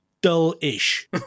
dull-ish